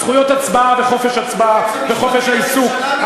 זכויות הצבעה וחופש הצבעה וחופש העיסוק.